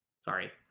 sorry